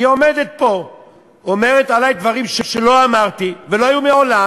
היא עומדת פה ואומרת עלי דברים שלא אמרתי ולא היו מעולם.